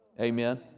Amen